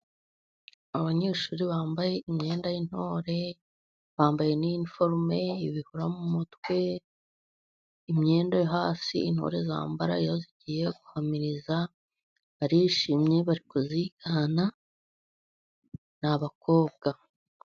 Abanyeshuri bambaye imyenda y'intore, bambaye n'iniforume, ibihora mu mutwe, imyenda yo hasi intore zambara iyo zigiye guhamiriza. Barishimye, bari kuzigana, ni abakobwa.